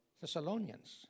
Thessalonians